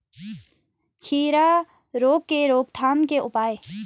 खीरा रोग के रोकथाम के उपाय?